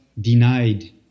denied